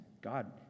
God